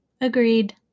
Agreed